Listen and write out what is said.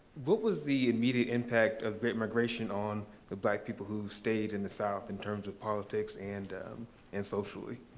what was the immediate impact of the great migration on the black people who stayed in the south in terms of politics and and socially?